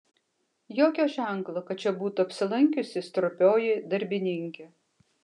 jokio ženklo kad čia būtų apsilankiusi stropioji darbininkė